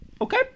Okay